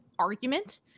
argument